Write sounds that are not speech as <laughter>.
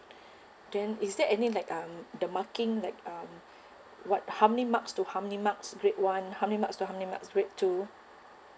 then is there any like um the marking like um <breath> what how many marks to how many marks grade one how many marks to how many marks grade two